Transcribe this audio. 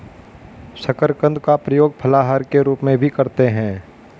शकरकंद का प्रयोग फलाहार के रूप में भी करते हैं